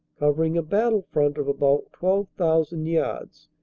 covering a battle front of about twelve thousand yards,